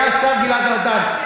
היה השר גלעד ארדן.